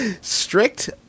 Strict